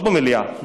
לא במליאה,